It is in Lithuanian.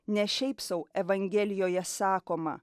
ne šiaip sau evangelijoje sakoma